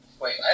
Wait